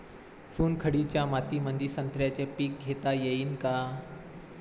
चुनखडीच्या मातीमंदी संत्र्याचे पीक घेता येईन का?